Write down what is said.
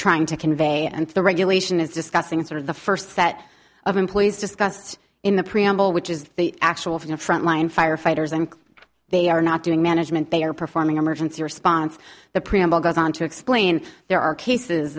trying to convey and the regulation is discussing sort of the first set of employees discussed in the preamble which is the actual from the front line firefighters and they are not doing management they are performing emergency response the preamble goes on to explain there are cases